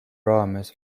raames